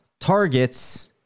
targets